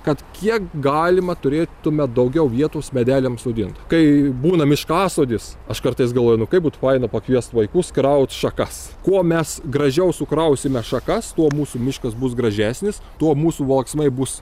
kad kiek galima turėtume daugiau vietos medeliams sodint kai būna miškasodis aš kartais galvoju nu kaip būtų faina pakviest vaikus kraut šakas kuo mes gražiau sukrausime šakas tuo mūsų miškas bus gražesnis tuo mūsų valksmai bus